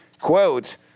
Quote